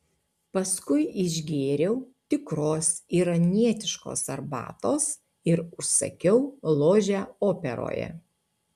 paskui išgėriau tikros iranietiškos arbatos ir užsakiau ložę operoje